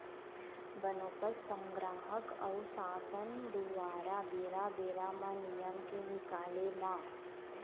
बनोपज संग्राहक अऊ सासन दुवारा बेरा बेरा म नियम के निकाले म